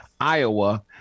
Iowa